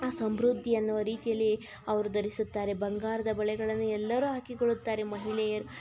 ಸಮೃದ್ಧಿ ಅನ್ನೋ ರೀತಿಯಲ್ಲಿ ಅವ್ರು ಧರಿಸುತ್ತಾರೆ ಬಂಗಾರದ ಬಳೆಗಳನ್ನು ಎಲ್ಲರೂ ಹಾಕಿಕೊಳ್ಳುತ್ತಾರೆ ಮಹಿಳೆಯರು